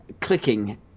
clicking